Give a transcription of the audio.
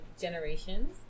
generations